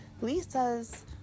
Lisa's